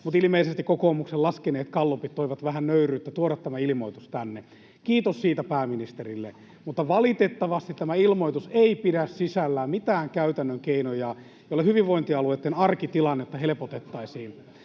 mutta ilmeisesti kokoomuksen laskeneet gallupit toivat vähän nöyryyttä tuoda tämä ilmoitus tänne. — Kiitos siitä pääministerille. Mutta valitettavasti tämä ilmoitus ei pidä sisällään mitään käytännön keinoja, joilla hyvinvointialueitten arkitilannetta helpotettaisiin.